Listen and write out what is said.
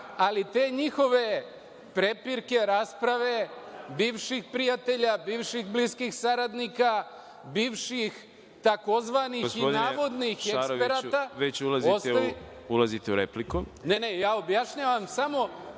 Ali, te njihove prepirke, rasprave bivših prijatelja, bivših bliskih saradnika, bivših tzv. i navodnih eksperata